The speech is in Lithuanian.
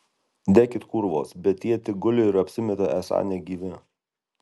dekit kūrvos bet tie tik guli ir apsimeta esą negyvi